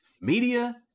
Media